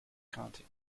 county